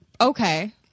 Okay